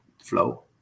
flow